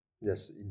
Yes